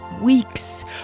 weeks